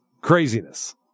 Craziness